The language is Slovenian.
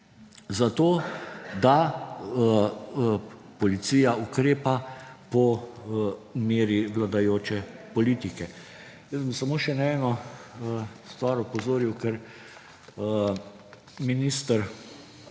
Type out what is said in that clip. zato da policija ukrepa po meri vladajoče politike. Morda bi samo na eno stvar še opozoril, ker minister